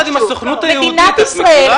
מדינת ישראל,